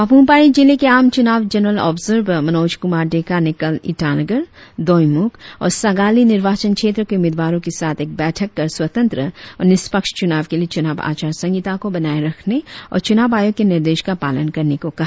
पापुम पारे जिले के आम चुनाव जनरल ऑब्जबर मनोज कुमार डेका ने कल ईटानगर दोईमुख और सागाली निर्वाचन क्षेत्र के उम्मीदवारों के साथ एक बैठक कर स्वतंत्र और निष्पक्ष चुनाव के लिए चुनाव आचार संहिता को बनाए रखने और चुनाव आयोग के निर्देश का पालन करने को कहा